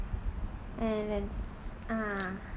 mm